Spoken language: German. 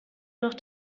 noch